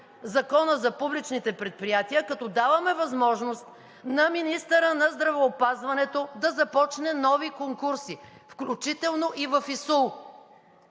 Закона за публичните предприятия, като даваме възможност на министъра на здравеопазването да започне нови конкурси, включително и в ИСУЛ.